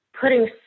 putting